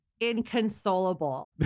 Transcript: inconsolable